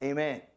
Amen